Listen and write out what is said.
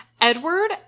Edward